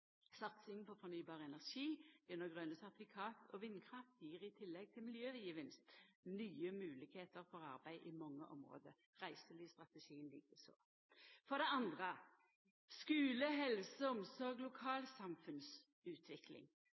Satsing på fornybar energi gjennom grøne sertifikat og vindkraft gjev i tillegg til miljøgevinst nye moglegheiter for arbeid i mange område, til liks med reiselivsstrategien. For det andre: skule, helse, omsorg – lokalsamfunnsutvikling.